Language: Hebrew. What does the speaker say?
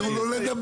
תנו לו לדבר.